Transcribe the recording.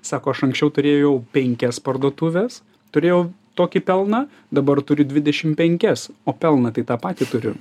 sako aš anksčiau turėjau penkias parduotuves turėjau tokį pelną dabar turiu dvidešim penkias o pelną tai tą patį turiu